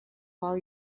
while